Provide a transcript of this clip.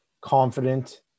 confident